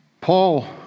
Paul